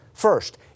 First